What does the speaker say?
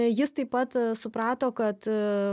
jis taip pat suprato kad